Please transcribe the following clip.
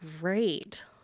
great